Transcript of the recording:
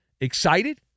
excited